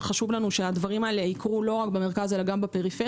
חשוב לנו שהדברים הללו יקרו לא רק במרכז אל גם בפריפריה.